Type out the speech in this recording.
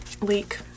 leak